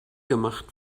gemacht